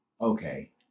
Okay